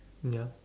yup